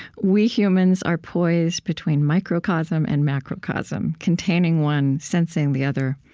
we humans are poised between microcosm and macrocosm, containing one, sensing the other,